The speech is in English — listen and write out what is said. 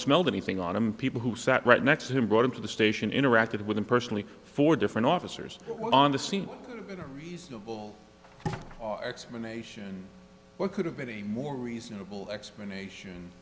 smelled anything on him people who sat right next to him brought him to the station interacted with him personally four different officers on the scene and a reasonable explanation what could have been a more reasonable